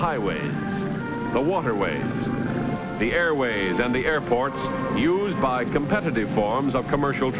highways the waterways the airways and the airports used by competitive farms of commercial